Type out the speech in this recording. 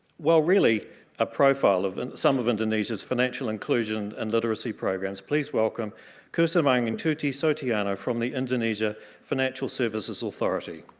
well really a profile of the and sum of indonesia's financial inclusion and literacy programs please welcome kusumaningtuti soetiono from the indonesia financial services authority